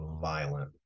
violent